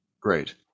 Great